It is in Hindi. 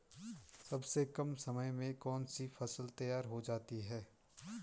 सबसे कम समय में कौन सी फसल तैयार हो जाती है?